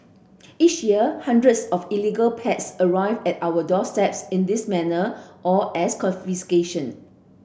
each year hundreds of illegal pets arrive at our doorsteps in this manner or as confiscation